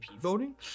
voting